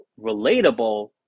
relatable